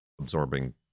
absorbing